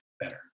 better